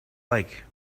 like